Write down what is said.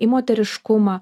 į moteriškumą